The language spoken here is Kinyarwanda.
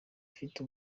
ufite